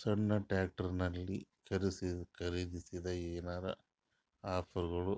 ಸಣ್ಣ ಟ್ರ್ಯಾಕ್ಟರ್ನಲ್ಲಿನ ಖರದಿಸಿದರ ಏನರ ಆಫರ್ ಗಳು